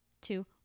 two